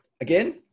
again